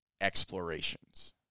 explorations